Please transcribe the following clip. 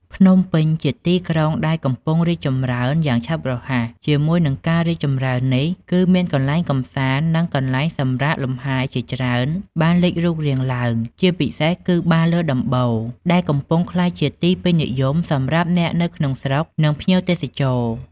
ភ្នំពេញជាទីក្រុងដែលកំពុងរីកចម្រើនយ៉ាងឆាប់រហ័ស ជាមួយនឹងការរីកចម្រើននេះ គឺមានកន្លែងកម្សាន្ត និងកន្លែងសម្រាកលំហែជាច្រើនបានលេចរូបរាងឡើង ជាពិសេសគឺបារលើដំបូល ដែលកំពុងក្លាយជាទីពេញនិយមសម្រាប់អ្នកនៅក្នុងស្រុក និងភ្ញៀវទេសចរ។